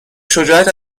شجاعت